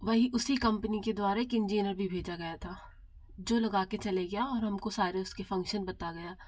वही उसी कम्पनी के द्वारा एक इंजीनियर भी भेजा गया था जो लगा के चले गया और हमको सारे उसके फंक्शन बता गया